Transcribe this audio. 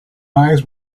eyes